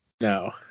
No